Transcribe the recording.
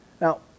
Now